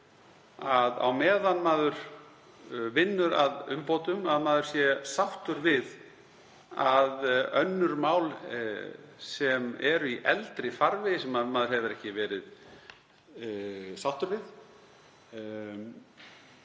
á meðan unnið er að umbótum að maður sé sáttur við að önnur mál, sem eru í eldri farvegi og maður hefur ekki verið sáttur við,